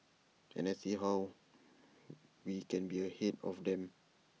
and see how we can be ahead of them